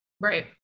right